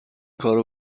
کارو